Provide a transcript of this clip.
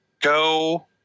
go